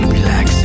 Relax